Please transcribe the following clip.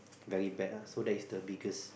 very bad ah so that's the biggest